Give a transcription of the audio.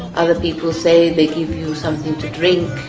other people say they give you something to drink,